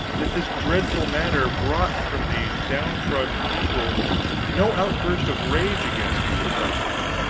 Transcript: that this dreadful matter brought from these downtrodden people no outburst of rage against these oppressors.